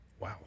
Wow